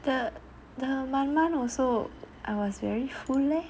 the the Miam Miam also I was very full leh